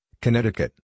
Connecticut